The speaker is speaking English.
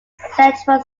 central